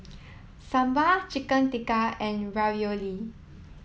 Sambar Chicken Tikka and Ravioli